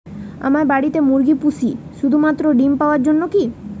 আমরা বাড়িতে মুরগি পুষি শুধু মাত্র ডিম পাওয়ার জন্যই কী?